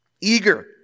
Eager